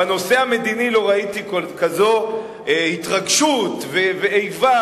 בנושא המדיני לא ראיתי כזו התרגשות ואיבה.